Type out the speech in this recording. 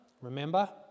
remember